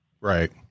Right